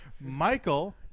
Michael